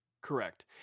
Correct